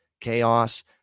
chaos